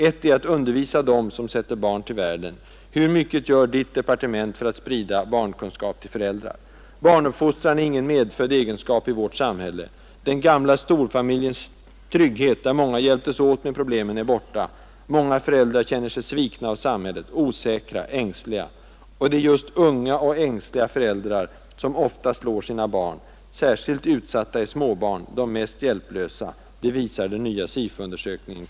Ett är att undervisa dem som sätter barn till världen. Hur mycket gör Ditt departement för att sprida barnkunskap till föräldrar? Barnuppfostran är ingen medfödd egenskap i vårt samhälle. Den gamla storfamiljens trygghet, där många hjälptes åt med problemen, är borta. Många föräldrar känner sig svikna av samhället, osäkra och ängsliga. Och det är just unga och ängsliga föräldrar som ofta slår sina barn. Särskilt utsatta är småbarn, de mest hjälplösa. Det visar den nya SIFO-undersökningen.